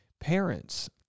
parents